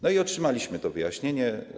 No i otrzymaliśmy to wyjaśnienie.